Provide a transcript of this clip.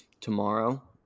tomorrow